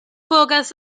pocas